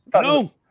No